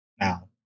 now